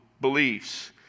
beliefs